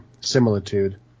similitude